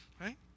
right